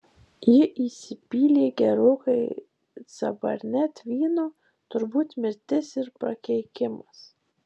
ji įsipylė gerokai cabernet vyno turbūt mirtis ir prakeikimas